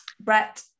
Brett